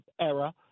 Era